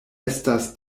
estas